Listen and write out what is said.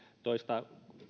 toista